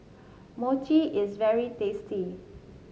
Mochi is very tasty